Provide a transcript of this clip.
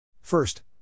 First